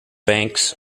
banks